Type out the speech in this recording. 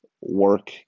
work